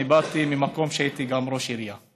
אני באתי ממקום שהייתי בו גם ראש עירייה,